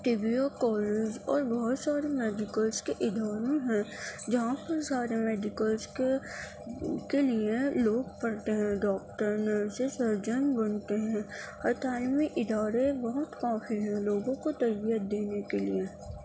Tibbiya college اور بہت سارے میڈیکلس کے ادارے ہیں جہاں پہ سارے میڈیکلس کے کے لیے لوگ پڑھتے ہیں ڈاکٹر نرس سرجن بنتے ہیں اور تعلیمی ادارے بہت کافی ہیں لوگوں کو تربیت دینے کے لیے